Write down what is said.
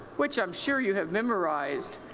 which i am sure you have memorized.